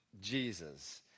Jesus